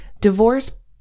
divorce